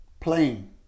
plane